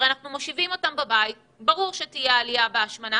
אנחנו הרי מושיבים אותם בבית וברור שתהיה עלייה בהשמנה